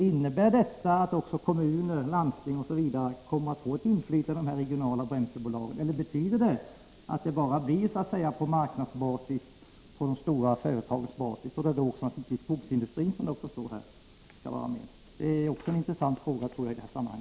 Innebär detta att också kommuner, landsting osv. kommer att få inflytande i dessa regionala bränslebolag, eller betyder det att det bara blir på marknadsbasis, med de stora företagen, där naturligtvis också skogsindustrin — som det står här — skall vara med? Det är också en intressant fråga i detta sammanhang.